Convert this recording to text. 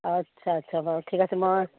আচ্ছা আচ্ছা বাৰু ঠিক আছে মই